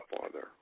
Father